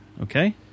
okay